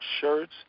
shirts